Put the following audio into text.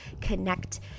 connect